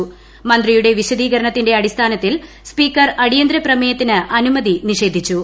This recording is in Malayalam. പ്രി മന്ത്രിയുടെ വിശദീകരണത്തിന്റെ അടിസ്ഥാനത്തിൽ സ്പീക്കർ അടിയന്തരപ്രമേയത്തിന് അനുമതി നിഷേധിച്ചു